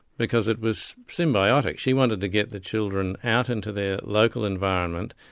because it was symbiotic she wanted to get the children out into their local environment,